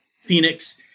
Phoenix